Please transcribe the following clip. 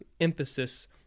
emphasis